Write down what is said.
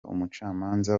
umucamanza